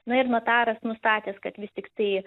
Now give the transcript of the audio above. na ir notaras nustatęs kad vis tiktai